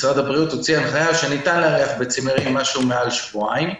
משרד הבריאות הוציא הנחיה שניתן לארח בצימרים מעל שבועיים,